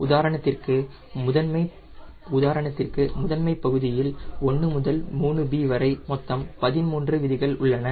உதாரணத்திற்கு முதன்மை பகுதியில் 1 முதல் 3B வரை மொத்தம் 13 விதிகள் உள்ளன